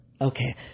Okay